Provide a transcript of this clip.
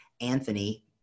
anthony